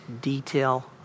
detail